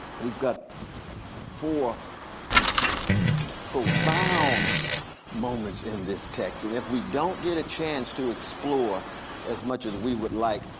we've got four profound moments in this text. and if we don't get a chance to explore as much as we would like,